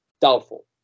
Doubtful